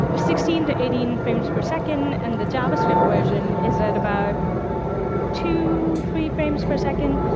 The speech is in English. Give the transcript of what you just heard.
yeah sixteen to eighteen frames per second, and the javascript version is at about two, three frames per second.